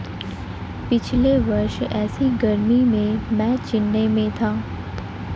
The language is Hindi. पिछले वर्ष ऐसी गर्मी में मैं चेन्नई में था